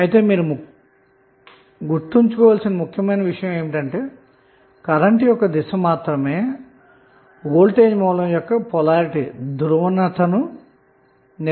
కానీ మీరు గుర్తుంచుకోవాల్సిన ముఖ్య విషయం ఏమిటంటే కరెంటు యొక్క దిశ మాత్రమే వోల్టేజ్ సోర్స్ యొక్క ధ్రువణత ని నిర్వచిస్తుంది అన్న మాట